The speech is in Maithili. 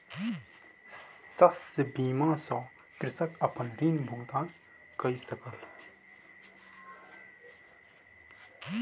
शस्य बीमा सॅ कृषक अपन ऋण भुगतान कय सकल